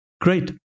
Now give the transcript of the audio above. Great